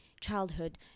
childhood